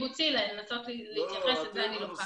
לנסות להתייחס לזה, אני לוקחת.